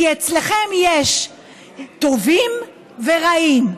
כי אצלכם יש טובים ורעים,